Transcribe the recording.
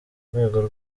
rwego